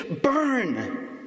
burn